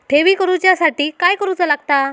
ठेवी करूच्या साठी काय करूचा लागता?